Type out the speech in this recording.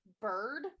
bird